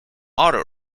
auto